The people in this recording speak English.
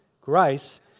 grace